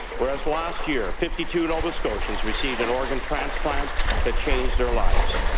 whereas last year fifty two nova scotians received an organ transplant that changed their lives.